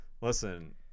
Listen